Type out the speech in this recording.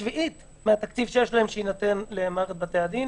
שביעית מהתקציב שיש להם שיינתן למערכת בתי-הדין.